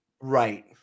Right